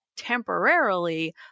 Temporarily